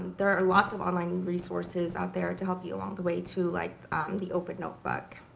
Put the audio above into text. there are lots of online resources out there to help you along the way too, like the open notebook.